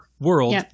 world